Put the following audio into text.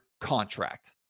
contract